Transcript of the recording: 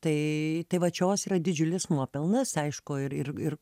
tai tai va čia os yra didžiulis nuopelnas aišku ir ir ir